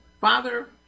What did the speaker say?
Father